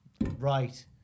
Right